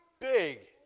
big